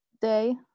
day